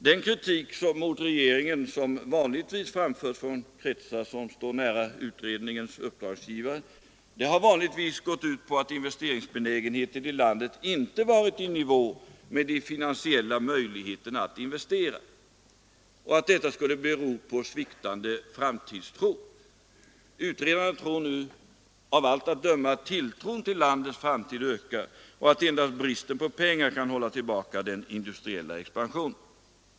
Den kritik som vanligtvis framförs mot regeringen från kretsar som står utredningens uppdragsgivare nära har gått ut på att investeringsbenägenheten i landet inte har legat i nivå med de finansiella möjligheterna att investera samt att detta skulle bero på sviktande framtidstro. Av allt att döma anser utredarna nu att tilltron till landets framtid ökar och att endast bristen på pengar kan hålla tillbaka den industriella expansionen.